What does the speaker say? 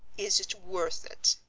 is it worth it?